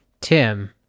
tim